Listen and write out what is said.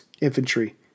infantry